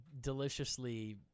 deliciously